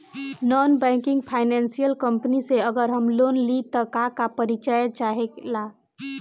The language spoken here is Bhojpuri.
नॉन बैंकिंग फाइनेंशियल कम्पनी से अगर हम लोन लि त का का परिचय चाहे ला?